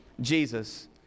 Jesus